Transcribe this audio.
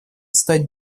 стать